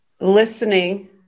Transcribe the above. listening